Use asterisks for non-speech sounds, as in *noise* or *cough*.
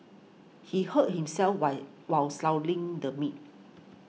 he hurt himself while while *unintelligible* the meat